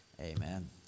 Amen